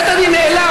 בית הדין נאלץ,